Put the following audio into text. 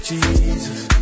Jesus